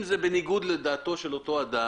אם זה בניגוד לדעתו של אותו אדם,